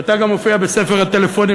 ואתה גם מופיע בספר הטלפונים,